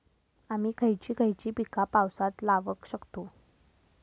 आम्ही खयची खयची पीका पावसात लावक शकतु?